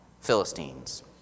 Philistines